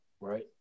right